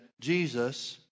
Jesus